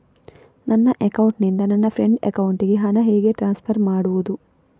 ನನ್ನ ಅಕೌಂಟಿನಿಂದ ನನ್ನ ಫ್ರೆಂಡ್ ಅಕೌಂಟಿಗೆ ಹಣ ಹೇಗೆ ಟ್ರಾನ್ಸ್ಫರ್ ಮಾಡುವುದು?